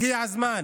הגיע הזמן